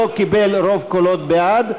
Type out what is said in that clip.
לא קיבל רוב קולות בעד,